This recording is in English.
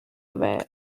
event